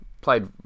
played